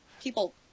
People